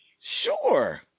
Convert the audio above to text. Sure